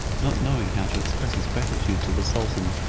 not knowing how to express his gratitude to the sultan,